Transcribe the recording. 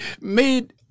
made